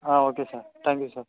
ah okay sir thank you sir